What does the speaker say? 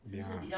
ya